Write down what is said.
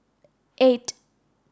eight